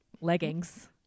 Leggings